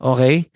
Okay